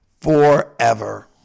forever